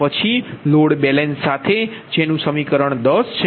પછી load balance સાથે જેનું સમીકરણ 10 છે